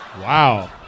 Wow